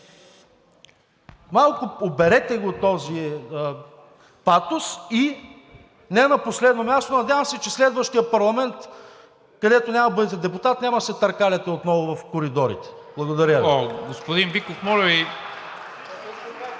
малко този патос. И не на последно място, надявам се, че в следващия парламент, където няма да бъдете депутат, няма да се търкаляте отново в коридорите. Благодаря Ви.